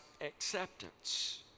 acceptance